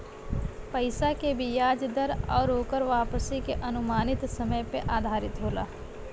पइसा क बियाज दर आउर ओकर वापसी के अनुमानित समय पे आधारित होला